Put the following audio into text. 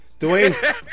Dwayne